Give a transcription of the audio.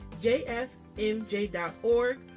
jfmj.org